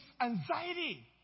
anxiety